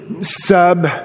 sub-